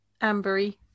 Ambery